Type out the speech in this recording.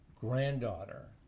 granddaughter